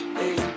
hey